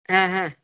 ಹಾಂ ಹಾಂ